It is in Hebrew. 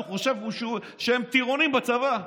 הוא חושב שהם טירונים בצבא.